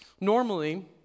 Normally